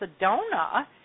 Sedona